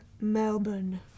melbourne